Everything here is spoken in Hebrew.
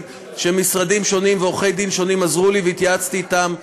שמשרדים שונים ועורכי-דין שונים עזרו לי והתייעצתי אתם,